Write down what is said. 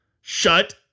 Shut